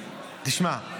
תשמע,